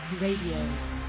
Radio